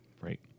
Right